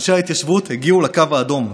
אנשי ההתיישבות הגיעו לקו האדום.